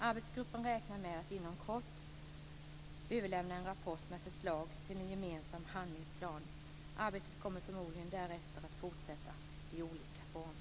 Arbetsgruppen räknar med att inom kort överlämna en rapport med förslag till en gemensam handlingsplan. Arbetet kommer förmodligen därefter att fortsätta i olika former.